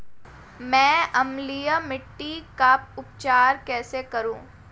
मैं अम्लीय मिट्टी का उपचार कैसे करूं?